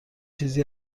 چیزی